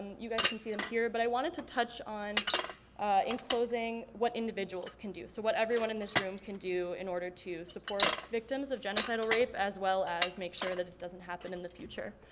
you guys can see them here. but i wanted to touch on enclosing what individuals can do. so what everyone in this room can do in order to support victims of genocidal rape as well as make sure that it doesn't happen in the future.